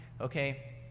okay